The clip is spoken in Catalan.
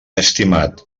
estimat